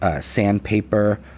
sandpaper